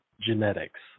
genetics